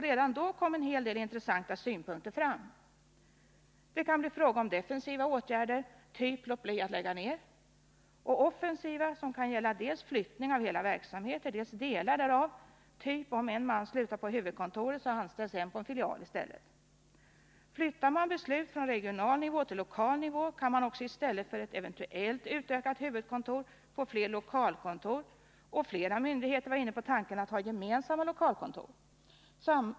Redan då kom en hel del intressanta synpunkter fram. Det kan bli fråga om defensiva åtgärder, av typen att låta bli att lägga ner, och offensiva åtgärder som kan gälla dels flyttning av hela verksamheter, dels bitar därav av typen att en man som slutar på huvudkontoret ersätts av en annan som anställs på en filial i stället. Flyttar man beslut från regional nivå till lokal nivå kan man också i stället för ett eventuellt utökat huvudkontor få fler lokalkontor. Flera myndigheter har varit inne på tanken att ha gemensamma lokalkontor.